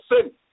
sin